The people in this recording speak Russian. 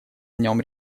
нем